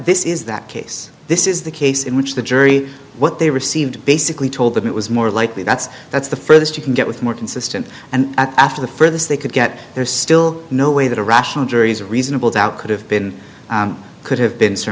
this is that case this is the case in which the jury what they received basically told them it was more likely that's that's the furthest you can get with more consistent and after the furthest they could get there's still no way that a rational jury's reasonable doubt could have been could have been s